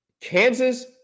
Kansas